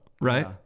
Right